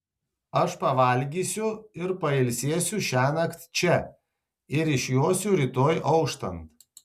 aš pavalgysiu ir pailsėsiu šiąnakt čia ir išjosiu rytoj auštant